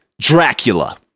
Dracula